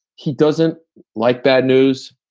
he doesn't like bad news.